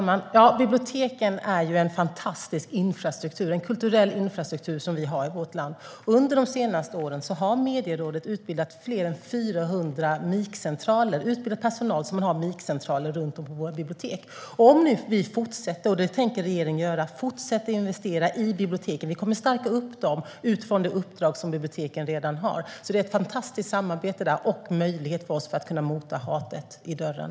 Herr talman! Biblioteken är en fantastisk kulturell infrastruktur i vårt land. Under de senaste åren har Medierådet utbildat fler än 400 MIK-centraler med utbildad personal som finns runt om på våra bibliotek. Regeringen tänker fortsätta att investera i biblioteken. Vi kommer att stärka dem utifrån det uppdrag som biblioteken redan har. Detta är ett fantastiskt samarbete och en möjlighet att mota hatet i dörren.